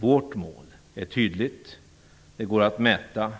Vårt mål är tydligt. Det går att mäta.